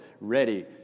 ready